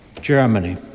Germany